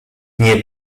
nie